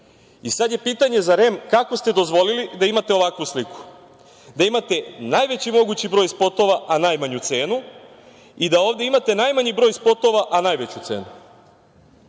je pitanje za REM – kako ste dozvolili da imate ovakvu sliku, da imate najveći mogući broj spotova, a najmanju cenu i da ovde imate najmanji broj spotova, a najveću cenu?